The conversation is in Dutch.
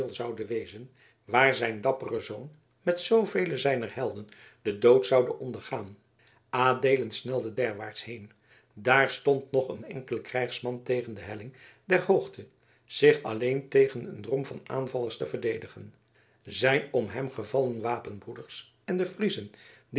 zoude wezen waar zijn dappere zoon met zoovelen zijner helden den dood zoude ondergaan adeelen snelde derwaarts heen daar stond nog een enkele krijgsman tegen de helling der hoogte zich alleen tegen een drom van aanvallers te verdedigen zijn om hem gevallen wapenbroeders en de friezen